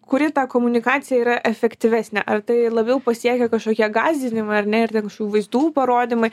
kuri ta komunikacija yra efektyvesnė ar tai labiau pasiekia kažkokie gąsdinimai ar ne ir ten kažkokių vaizdų parodymai